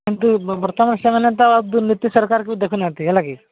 କିନ୍ତୁ ବର୍ତ୍ତମାନ ସେମାନେ ତ ଆଉ ର୍ଦୁନୀତି ସରକାରଙ୍କୁ ଦେଖୁ ନାହାନ୍ତି ହେଲା କି